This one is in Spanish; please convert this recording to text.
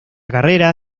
carrera